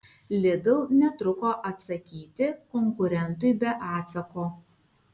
lidl netruko atsakyti konkurentui be atsako